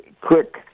quick